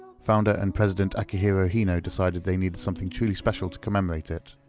founder and president akihiro hino decided they needed something truly special to commemorate it.